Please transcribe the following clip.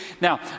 Now